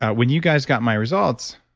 when you guys got my results,